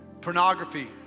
pornography